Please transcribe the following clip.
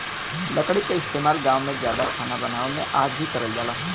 लकड़ी क इस्तेमाल गांव में जादा खाना बनावे में आज भी करल जाला